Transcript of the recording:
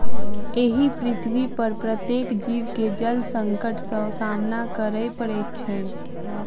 एहि पृथ्वीपर प्रत्येक जीव के जल संकट सॅ सामना करय पड़ैत छै